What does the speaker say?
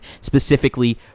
specifically